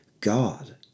God